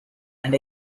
and